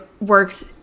works